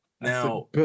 Now